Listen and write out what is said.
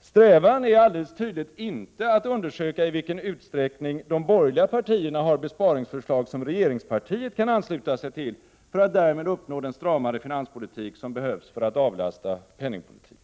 Strävan är alldeles tydligt inte att undersöka i vilken utsträckning de borgerliga partierna har besparingsförslag som regeringspartiet kan ansluta sig till för att därmed uppnå den stramare finanspolitik som behövs för att avlasta penningpolitiken.